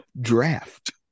draft